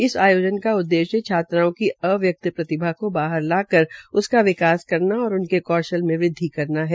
इस आयोजन का उद्देश्य छात्राओं की अव्यक्त प्रतिभा को बाहर लाकर उसका विकास करना और उनके कौशल में वृद्वि करना है